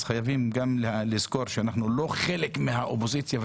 אז חייבים לזכור שאנחנו לא חלק מהאופוזיציה.